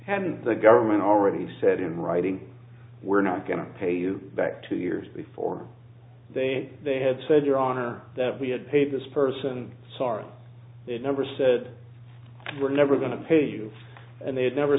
had and the government already said in writing we're not going to pay you back two years before they they had said your honor that we had paid this person sorry they never said we're never going to pay you and they had never